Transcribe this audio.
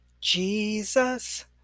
Jesus